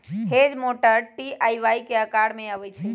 hedge mower T आ Y के अकार में अबई छई